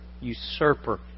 usurper